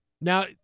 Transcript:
Now